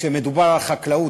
כשמדובר בחקלאות,